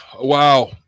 wow